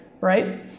right